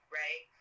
right